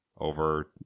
over